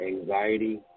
anxiety